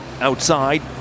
outside